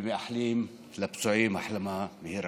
ומאחלים לפצועים החלמה מהירה.